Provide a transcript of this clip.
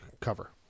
cover